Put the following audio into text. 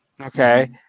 okay